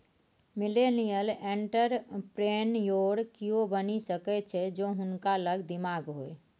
millennial entrepreneur कियो बनि सकैत छथि जौं हुनका लग दिमाग होए